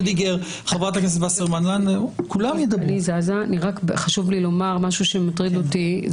חשוב לי לומר משהו שמטריד אותי.